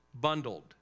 bundled